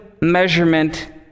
measurement